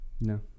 no